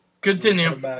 Continue